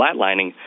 flatlining